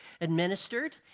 administered